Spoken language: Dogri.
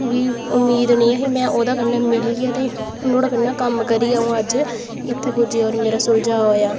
बी उम्मीद निं ही में ओह्दे कन्नै मिलियै ते नुहाड़े कन्नै अं'ऊ कम्म करियै अज्ज इत्थें पुज्जे होर मेरा सुलझा होएआ